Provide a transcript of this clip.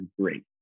great